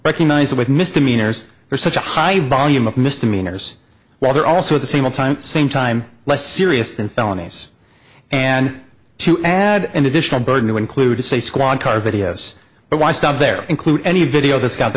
recognize that with misdemeanors there's such a high volume of misdemeanors while they're also the same time same time less serious than felonies and to add an additional burden to include a squad car videos but why stop there include any video that's got the